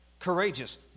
Courageous